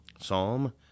Psalm